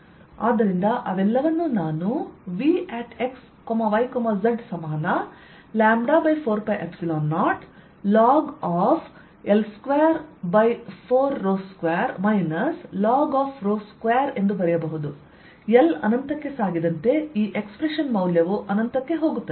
ಆದ್ದರಿಂದ ಅವೆಲ್ಲವನ್ನೂ ನಾನು Vx y z ಸಮಾನλ4π0 log L242 log 2 ಎಂದು ಬರೆಯಬಹುದು L ಅನಂತಕ್ಕೆ ಸಾಗಿದಂತೆ ಈ ಎಕ್ಸ್ಪ್ರೆಶನ್ ಮೌಲ್ಯವು ಅನಂತಕ್ಕೆ ಹೋಗುತ್ತದೆ